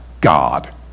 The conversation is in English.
God